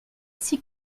six